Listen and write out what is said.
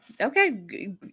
okay